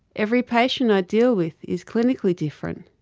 every patient i deal with is clinically different,